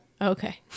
okay